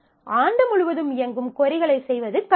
ஆண்டு முழுவதும் இயங்கும் கொரிகளைச் செய்வது கடினம்